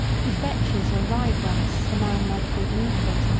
with vetches, or rye grass, as the man might think needful.